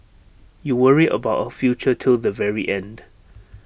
you worry about our future till the very end